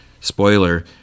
Spoiler